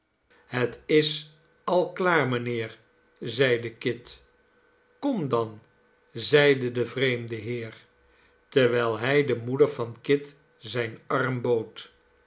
het is al klaar mijnheer zeide kit kom dan zeide de vreemde heer terwijl hij de moeder van kit zijn arm bood